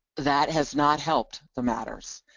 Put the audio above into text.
that has not helped the matters,